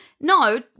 no